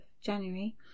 January